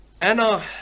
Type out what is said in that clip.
Anna